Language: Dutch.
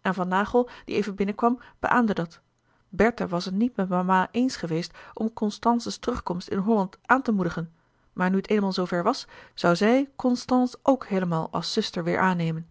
en van naghel die even binnenkwam beâamde dat bertha was het niet met mama eens geweest om constance's terugkomst in holland aan te moedigen maar nu het eenmaal zoo ver was zoû zij constance ook heelemaal als zuster weêr aannemen